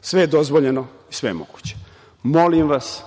sve je dozvoljeno i sve je moguće. Molim vas,